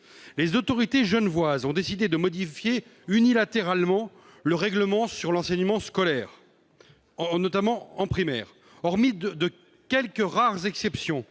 Les autorités genevoises ont décidé de modifier unilatéralement le règlement sur l'enseignement primaire. Hormis quelques rares exceptions,